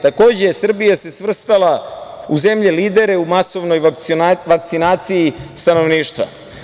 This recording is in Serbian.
Takođe, Srbija se svrstala u zemlje lidere u masovnoj vakcinaciji stanovništva.